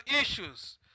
issues